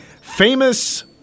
Famous